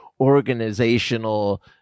organizational